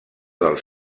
dels